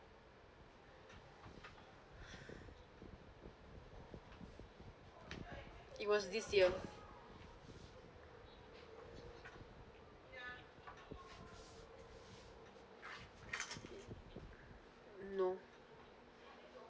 it was this year no